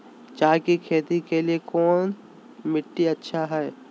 चाय की खेती के लिए कौन मिट्टी अच्छा हाय?